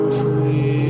free